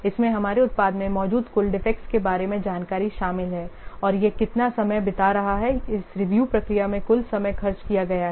इसमें हमारे उत्पाद में मौजूद कुल डिफेक्टस के बारे में जानकारी शामिल है और यह कितना समय बिता रहा है इस रिव्यू प्रक्रिया में कुल समय खर्च किया गया है